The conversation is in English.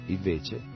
Invece